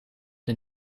die